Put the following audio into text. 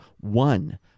one